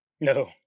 No